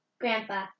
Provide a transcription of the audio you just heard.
Grandpa